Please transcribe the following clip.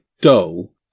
dull